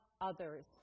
others